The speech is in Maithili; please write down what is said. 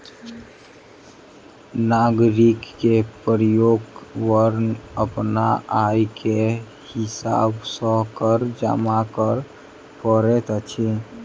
नागरिक के प्रत्येक वर्ष अपन आय के हिसाब सॅ कर जमा कर पड़ैत अछि